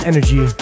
Energy